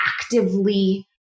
actively